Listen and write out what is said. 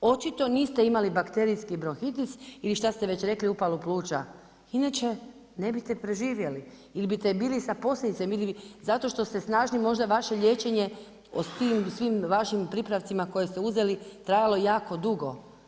Očito niste imali bakterijski bronhitis ili šta ste već rekli upalu pluća, inače ne biste preživjeli ili biste bili sa posljedicama ili zato što ste snažni možda vaše liječenje o tim svim vašim pripravcima koje ste uzeli trajalo jako dugo.